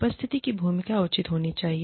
उपस्थिति की भूमिका उचित होनी चाहिए